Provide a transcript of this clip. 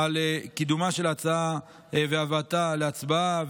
על קידומה של ההצעה והבאתה להצבעה,